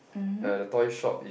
uh the toy shop is